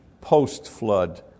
post-flood